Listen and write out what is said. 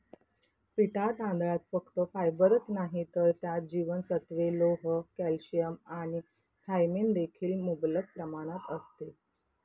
पिटा तांदळात फक्त फायबरच नाही तर त्यात जीवनसत्त्वे, लोह, कॅल्शियम आणि थायमिन देखील मुबलक प्रमाणात असते